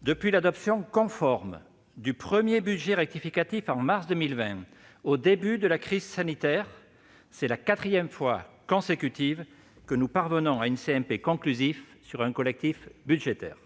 Depuis l'adoption conforme du premier budget rectificatif de mars 2020, au début de la crise sanitaire, c'est la quatrième fois consécutive que nous parvenons à une commission mixte paritaire conclusive sur un collectif budgétaire.